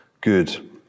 good